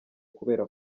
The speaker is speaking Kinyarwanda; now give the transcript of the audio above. kubera